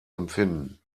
empfinden